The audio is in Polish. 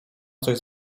coś